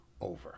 over